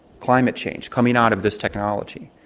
climate change coming out of this technology.